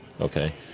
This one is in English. Okay